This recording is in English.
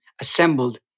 assembled